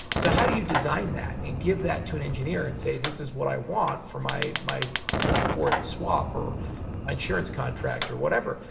so how do you design that and give that to an engineer and say, this is what i want for my ford ford and swap, or my insurance contract or whatever?